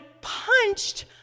punched